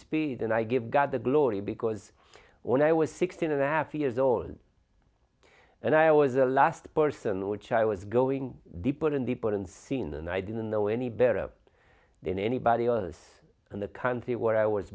spirit and i give god the glory because when i was sixteen and a half years old and i was the last person which i was going deeper and deeper and seen and i didn't know any better than anybody else and the country where i was